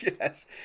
Yes